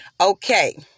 Okay